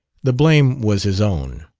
the blame was his own.